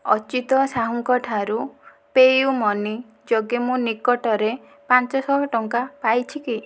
ଅଚ୍ୟୁତ ସାହୁଙ୍କ ଠାରୁ ପେୟୁମନି ଯୋଗେ ମୁଁ ନିକଟରେ ପାଞ୍ଚ ଶହ ଟଙ୍କା ପାଇଛି କି